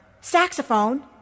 Saxophone